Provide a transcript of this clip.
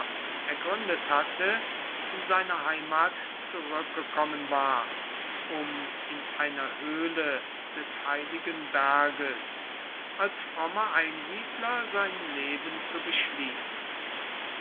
ergründet hatte in seine heimat zurückgekommen war um in einer höhle des heiligen berges als frommer einsiedler sein leben zu beschließen